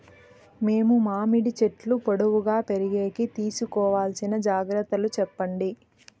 మేము మామిడి చెట్లు పొడువుగా పెరిగేకి తీసుకోవాల్సిన జాగ్రత్త లు చెప్పండి?